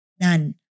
None